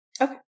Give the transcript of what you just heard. Okay